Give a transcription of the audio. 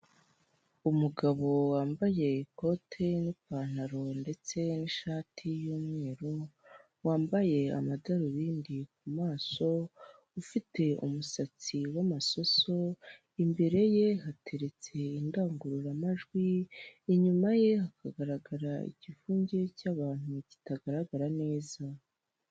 Umugabo wambaye ikote n'ipantaro ndetse n'ishati y'umweru, wambaye amadarubindi ku maso, ufite umusatsi w'amasoso, imbere ye hateretse indangururamajwi, inyuma ye hakagaragara igivunge cy'abantu kitagaragara neza.